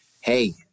hey